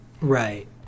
Right